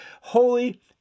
holy